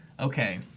okay